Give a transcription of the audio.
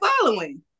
following